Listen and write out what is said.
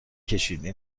ﻧﻌﺮه